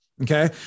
Okay